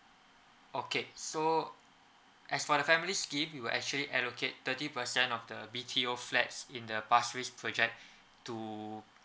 okay so as for the family scheme we will actually allocate thirty percent of the B_T_O flats in the pasir ris project to